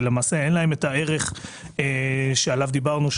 ואין להן ערך שעליו דיברנו,